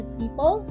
people